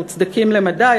מוצדקים למדי,